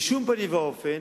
בשום פנים ואופן.